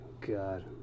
God